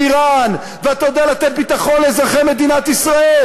עם איראן ואתה יודע לתת ביטחון לאזרחי מדינת ישראל.